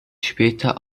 später